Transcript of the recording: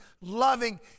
loving